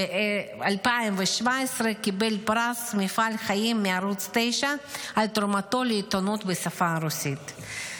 ב-2017 קיבל פרס מפעל חיים מערוץ 9 על תרומתו לעיתונות בשפה הרוסית.